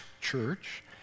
Church